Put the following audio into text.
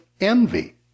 envy